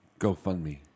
GoFundMe